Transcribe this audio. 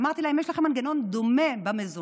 אמרתי להם: יש לכם מנגנון דומה במזונות.